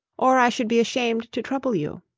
or i should be ashamed to trouble you.